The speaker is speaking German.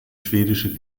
schwedische